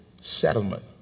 settlement